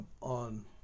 on